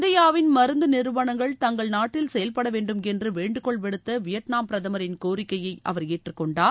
இந்தியாவின் மருந்து நிறுவனங்கள் தங்கள் நாட்டில் செயல்பட வேண்டுமென்று வேண்டுகோள் விடுத்த வியட்நாம் பிரதமரின் கோரிக்கையை அவர் ஏற்றுக்கொண்டார்